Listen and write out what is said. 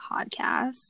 podcast